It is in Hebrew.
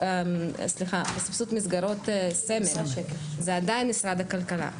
סמל, זה עדיין משרד הכלכלה.